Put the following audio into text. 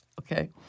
Okay